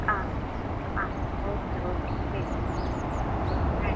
ആ ആ okay okay ശരി ശരി താങ്ക്യു